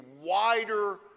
wider